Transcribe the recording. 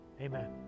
Amen